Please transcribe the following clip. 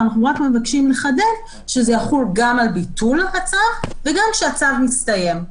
אנחנו רק מבקשים לחדד שזה יחול גם על ביטול הצו וגם כשהצו מסתיים.